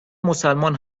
مسلمان